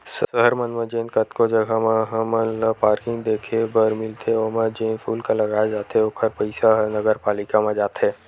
सहर मन म जेन कतको जघा म हमन ल पारकिंग देखे बर मिलथे ओमा जेन सुल्क लगाए जाथे ओखर पइसा ह नगरपालिका म जाथे